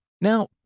Now